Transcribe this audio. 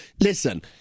listen